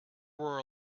were